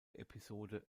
episode